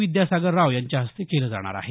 विद्यासागर राव यांच्या हस्ते केले जाणार आहे